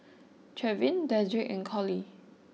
Trevin Dedrick and Colie